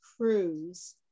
Cruise